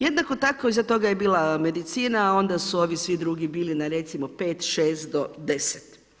Jednako tako iza toga je bila medicina, onda su ovi svi drugi bili na recimo 5, 6 do 10.